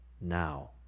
now